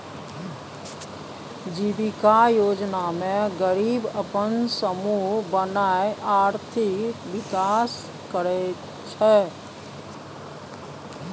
जीबिका योजना मे गरीब अपन समुह बनाए आर्थिक विकास करय छै